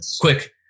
quick